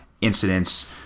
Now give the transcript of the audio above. incidents